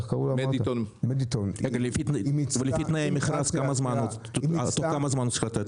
חברת מדיטון --- לפי תנאי המכרז תוך כמה זמן צריך לתת תשובות?